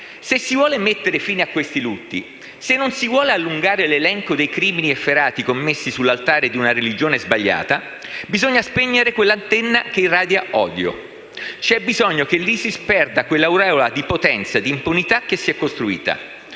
se si vuole mettere fine a questi lutti, se non si vuole allungare l'elenco dei crimini efferati commessi sull'altare di una religione sbagliata, bisogna spegnere quell'antenna che irradia odio. C'è bisogno che l'ISIS perda quell'aureola di potenza, di impunità che si è costruita.